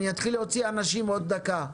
אתחיל להוציא אנשים בעוד דקה.